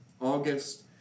August